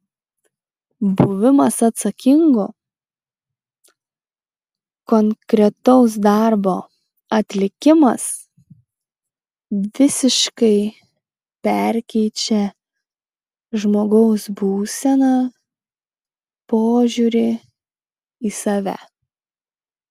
buvimas atsakingu konkretaus darbo atlikimas visiškai perkeičią žmogaus būseną požiūrį į save